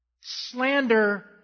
Slander